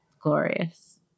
glorious